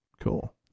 cool